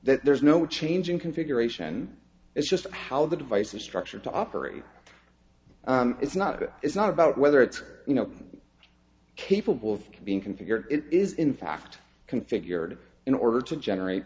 that there is no change in configuration it's just how the device is structured to operate it's not it is not about whether it's you know capable of being configured it is in fact configured in order to generate